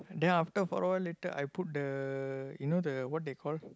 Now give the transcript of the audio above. then after for a while later I put the you know the what they call